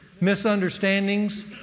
misunderstandings